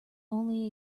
only